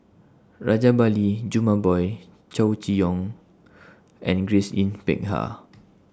Rajabali Jumabhoy Chow Chee Yong and Grace Yin Peck Ha